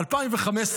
ב-2015,